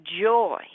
joy